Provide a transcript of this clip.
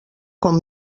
com